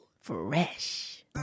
Fresh